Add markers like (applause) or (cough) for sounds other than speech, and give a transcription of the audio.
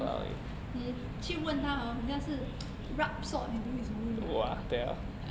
!wah! 你去问他 hor 很像是 (noise) rub salt into his wound ah